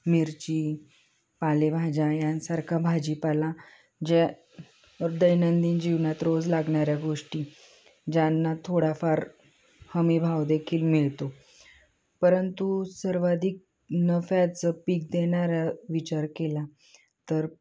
मिरची पालेभाज्या यांसारखा भाजीपाला ज्या दैनंदिन जीवनात रोज लागणाऱ्या गोष्टी ज्यांना थोडाफार हमीभाव देखील मिळतो परंतु सर्वाधिक नफ्याचं पीक देणारा विचार केला तर